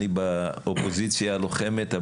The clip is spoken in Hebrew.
אני באופוזיציה לוחמת,